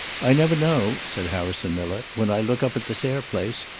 i never know, said harrison miller, when i look up at the sayre place,